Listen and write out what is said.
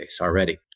already